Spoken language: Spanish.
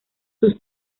sus